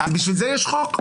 בשביל זה יש חוק.